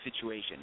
situation